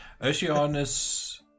Oceanus